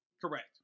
Correct